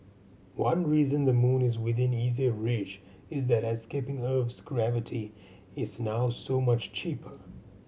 one reason the moon is within easier reach is that escaping Earth's gravity is now so much cheaper